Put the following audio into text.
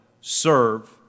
serve